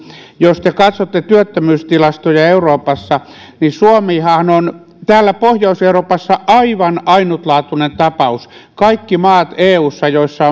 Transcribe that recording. jos te katsotte työttömyystilastoja euroopassa niin suomihan on täällä pohjois euroopassa aivan ainutlaatuinen tapaus kaikki maat eussa joissa